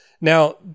Now